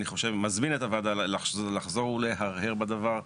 אני מזמין את הוועדה לחזור להרהר בדבר.